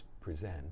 present